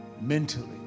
mentally